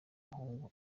umuhungu